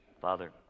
father